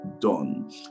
done